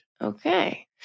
Okay